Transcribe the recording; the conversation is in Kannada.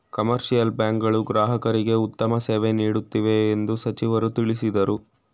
ಕಮರ್ಷಿಯಲ್ ಬ್ಯಾಂಕ್ ಗಳು ಗ್ರಾಹಕರಿಗೆ ಉತ್ತಮ ಸೇವೆ ನೀಡುತ್ತಿವೆ ಎಂದು ಸಚಿವರು ತಿಳಿಸಿದರು